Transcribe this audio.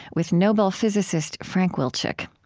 with nobel physicist frank wilczek.